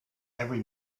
every